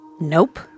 Nope